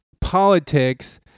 politics